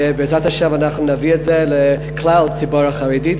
ובעזרת השם אנחנו נביא את זה לכלל הציבור החרדי,